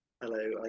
Hello